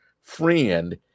friend